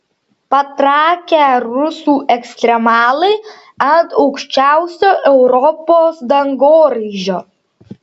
patrakę rusų ekstremalai ant aukščiausio europos dangoraižio